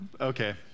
okay